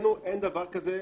אצלנו אין דבר כזה.